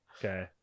Okay